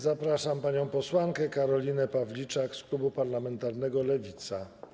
Zapraszam panią posłankę Karolinę Pawliczak z klubu parlamentarnego Lewica.